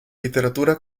literatura